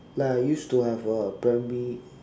like I used to have a primary